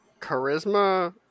Charisma